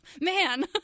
man